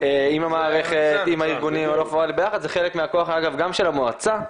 עם המערכת, זה חלק מהכוח אגב גם של המועצה,